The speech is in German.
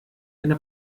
eine